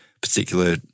particular